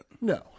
No